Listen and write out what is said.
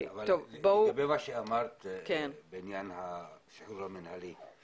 לגבי מה שאמרת בעניין השחרור המינהלי,